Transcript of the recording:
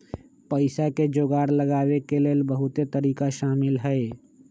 पइसा के जोगार लगाबे के लेल बहुते तरिका शामिल हइ